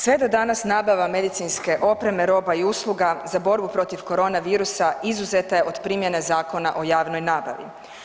Sve do danas nabava medicinske opreme, roba i usluga za borbu protiv korona virusa izuzeta je od primjena Zakona o javnoj nabavi.